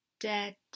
dead